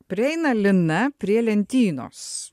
prieina lina prie lentynos